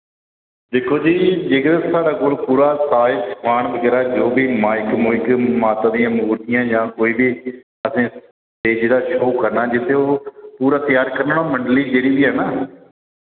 दिक्खो जी जेकर साढ़े कोल पूरा साज समान बगैरा जो बी माइक मुइक माता दि'यां मूर्तियां जां कोई बीह असैं स्टेजे दा शो करना जिसी ओ पूरा त्यार करना ओ मंडली जेह्ड़ी बी ऐ ना